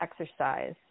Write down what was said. exercise